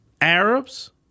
Arabs